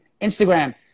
Instagram